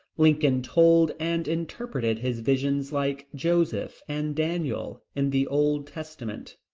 lincoln told and interpreted his visions like joseph and daniel in the old testament,